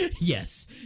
Yes